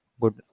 good